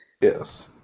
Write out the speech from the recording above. Yes